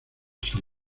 san